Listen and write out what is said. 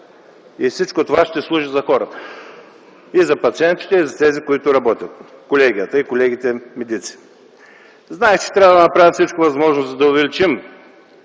и всичко това ще служи за хората – и за пациентите, и за тези, които работят, колегията и колегите медици. Знаех, че трябва да направя всичко възможно, за да увеличим